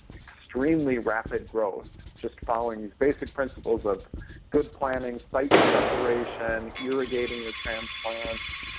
extremely rapid growth just following these basic principles of good planning, site preparation, irrigating your transplants,